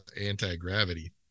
anti-gravity